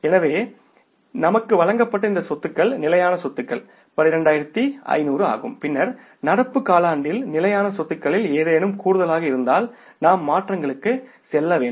எனவே நமக்கு வழங்கப்பட்ட இந்த சொத்துக்கள் நிலையான சொத்துக்கள் 12500 ஆகும் பின்னர் நடப்பு காலாண்டில் நிலையான சொத்துகளில் ஏதேனும் கூடுதலாக இருந்தால் நாம் மாற்றங்களுக்கு செல்ல வேண்டும்